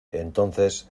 entonces